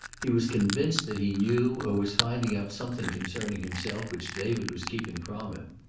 he was convinced that he knew or was finding out something concerning himself which david was keeping from him.